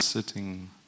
Sitting